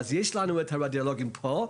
אז יש לנו את הרדיולוגים פה.